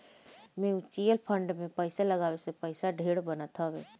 mutual fund में पईसा लगावे से पईसा ढेर बनत हवे